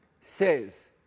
says